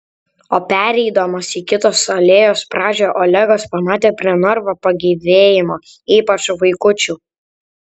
o pereidamas į kitos alėjos pradžią olegas pamatė prie narvo pagyvėjimą ypač vaikučių